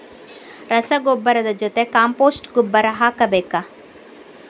ರಸಗೊಬ್ಬರದ ಜೊತೆ ಕಾಂಪೋಸ್ಟ್ ಗೊಬ್ಬರ ಹಾಕಬೇಕಾ?